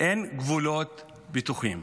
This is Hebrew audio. אין 'גבולות בטוחים'.